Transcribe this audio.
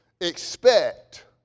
expect